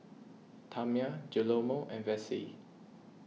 Tamia Guillermo and Vessie